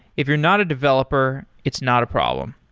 if you're not a developer, it's not a problem.